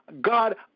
God